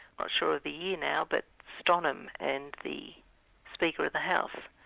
not sure of the year now, but stonham and the speaker of the house,